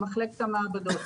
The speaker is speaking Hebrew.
למחלקת המעבדות.